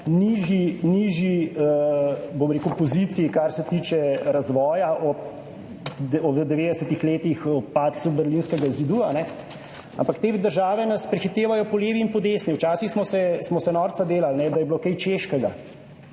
rekel, poziciji, kar se tiče razvoja ob v 90. letih ob padcu Berlinskega zidu, ampak te države nas prehitevajo po levi in po desni. Včasih smo se, smo se norca delali, ne, da je bilo kaj češkega,